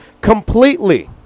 completely